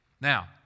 Now